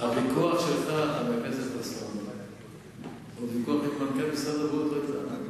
הוויכוח שלך, חבר הכנסת חסון, הוא ויכוח, לא,